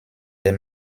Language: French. des